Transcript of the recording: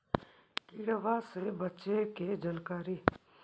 किड़बा से बचे के जानकारी?